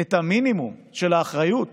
את המינימום של האחריות